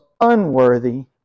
unworthy